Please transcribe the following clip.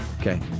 Okay